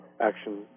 action